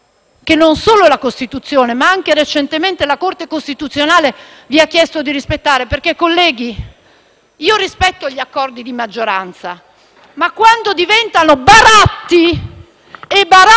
che non solo la Costituzione, ma anche recentemente la Corte costituzionale vi ha chiesto di rispettare. Rispetto gli accordi di maggioranza, ma quando diventano baratti sulla pelle